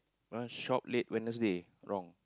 my one shop late Wednesday wrong